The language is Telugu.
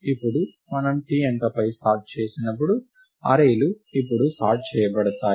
ఇప్పుడు మనం t అంకెపై సార్ట్ చేయినప్పుడు అర్రేలు ఇప్పుడు సార్ట్ చేయబడతాయి